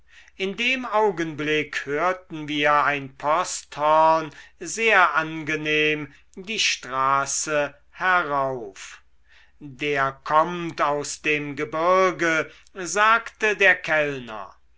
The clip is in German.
in dem augenblick hörten wir ein posthorn sehr angenehm die straße herauf der kommt aus dem gebirge sagte der kellner